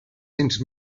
cents